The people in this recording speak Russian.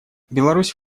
беларусь